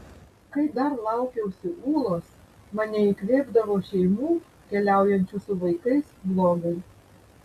kai dar laukiausi ūlos mane įkvėpdavo šeimų keliaujančių su vaikais blogai